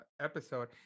episode